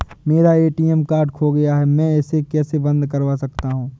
मेरा ATM card खो गया है मैं इसे कैसे बंद करवा सकता हूँ?